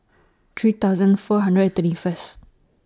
three thousand four hundred and twenty First